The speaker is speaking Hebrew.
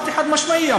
חד-משמעית,